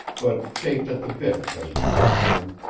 but chafed at the bits as we walked them,